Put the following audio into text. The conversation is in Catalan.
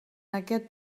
aquest